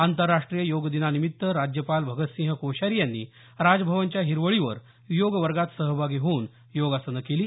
आंतरराष्ट्रीय योग दिनानिमित्त राज्यपाल भगतसिंह कोश्यारी यांनी राजभवनच्या हिरवळीवर योग वर्गात सहभागी होऊन योगासनं केली